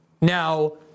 Now